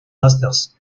masters